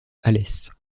alès